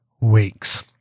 weeks